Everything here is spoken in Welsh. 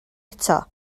eto